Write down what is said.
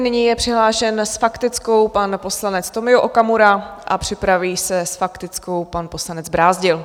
Nyní je přihlášen s faktickou pan poslanec Tomio Okamura a připraví se s faktickou pan poslanec Brázdil.